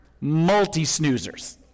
multi-snoozers